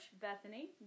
Bethany